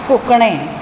सुकणें